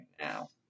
now